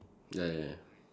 ya ya ya